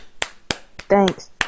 Thanks